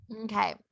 Okay